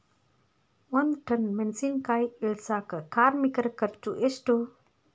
ಒಂದ್ ಟನ್ ಮೆಣಿಸಿನಕಾಯಿ ಇಳಸಾಕ್ ಕಾರ್ಮಿಕರ ಖರ್ಚು ಎಷ್ಟು?